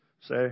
say